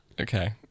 Okay